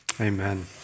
Amen